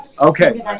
Okay